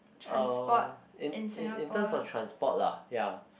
uh in in terms of transport lah ya